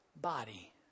body